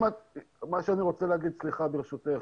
אני רוצה להגיד, סליחה, ברשותך.